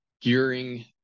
gearing